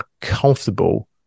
comfortable